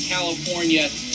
California